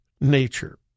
nature